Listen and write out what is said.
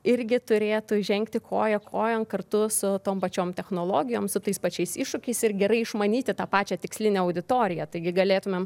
irgi turėtų žengti koja kojon kartu su tom pačiom technologijom su tais pačiais iššūkiais ir gerai išmanyti tą pačią tikslinę auditoriją taigi galėtumėm